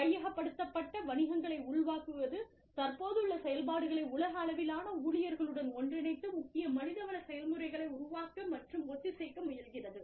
கையகப்படுத்தப்பட்ட வணிகங்களை உள்வாங்குவது தற்போதுள்ள செயல்பாடுகளை உலக அளவிலான ஊழியர்களுடன் ஒன்றிணைத்து முக்கிய மனிதவள செயல்முறைகளை உருவாக்க மற்றும் ஒத்திசைக்க முயல்கிறது